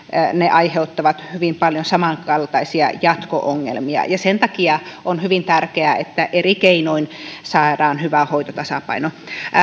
aiheuttavat hyvin paljon samankaltaisia jatko ongelmia ja sen takia on hyvin tärkeää että eri keinoin saadaan hyvä hoitotasapaino